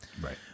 right